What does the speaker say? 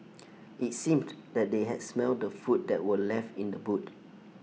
IT seemed that they had smelt the food that were left in the boot